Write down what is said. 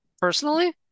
personally